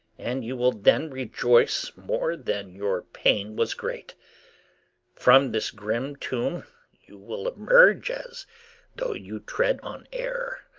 and you will then rejoice more than your pain was great from this grim tomb you will emerge as though you tread on air.